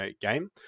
game